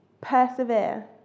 Persevere